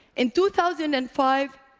in two thousand and five,